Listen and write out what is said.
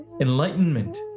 Enlightenment